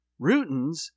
rootins